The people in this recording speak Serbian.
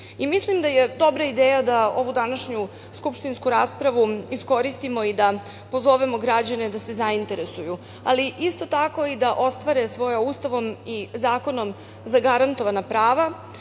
Mislim da je dobra ideja da ovu današnju skupštinsku raspravu iskoristimo i da pozovemo građane da se zainteresuju, ali isto tako i da ostvare svoje Ustavom i zakonom zagarantovana prava